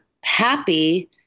happy